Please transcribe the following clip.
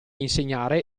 insegnare